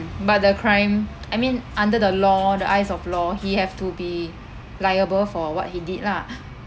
but the crime I mean under the law the eyes of law he have to be liable for what he did lah